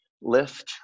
Lift